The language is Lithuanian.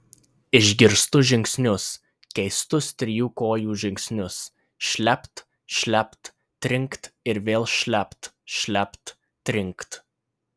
išgirstu žingsnius keistus trijų kojų žingsnius šlept šlept trinkt ir vėl šlept šlept trinkt